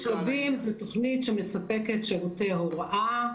תוכנית "שלבים" היא תוכנית שמספקת שירותי הוראה,